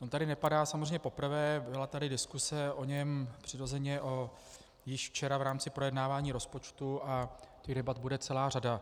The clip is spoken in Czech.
On tady nepadá samozřejmě poprvé, byla tady diskuse o něm přirozeně již včera v rámci projednávání rozpočtu a těch debat bude celá řada.